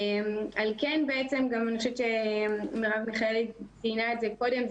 אני חושבת שמרב מיכאלי ציינה את זה קודם,